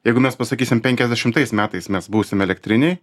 jeigu mes pasakysim penkiasdešimtais metais mes būsim elektriniai